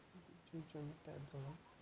ବିଜୁ ଜନତା ଦଳ